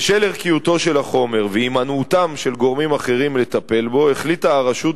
בשל ערכיותו של החומר והימנעותם של גורמים אחרים לטפל בו החליטה הרשות,